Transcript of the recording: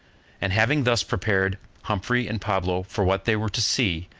and, having thus prepared humphrey and pablo for what they were to see,